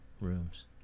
Rooms